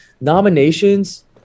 nominations